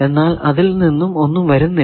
എന്നാൽ അതിൽ നിന്നും ഒന്നും വരുന്നില്ല